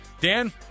Dan